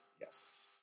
Yes